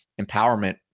empowerment